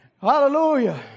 Hallelujah